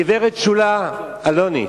גברת שולה אלוני,